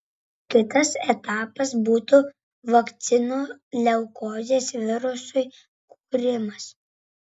kitas etapas būtų vakcinų leukozės virusui kūrimas